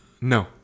No